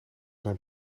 zijn